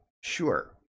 Sure